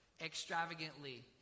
extravagantly